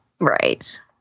Right